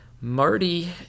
Marty